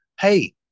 Hey